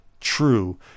true